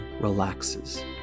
relaxes